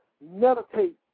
meditate